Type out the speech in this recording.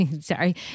sorry